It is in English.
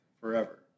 forever